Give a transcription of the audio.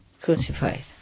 Crucified